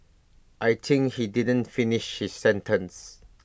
I think he didn't finish his sentence